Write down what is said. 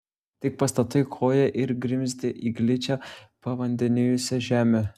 tik pastatai koją ir grimzti į gličią pavandenijusią žemę